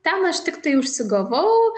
ten aš tiktai užsigavau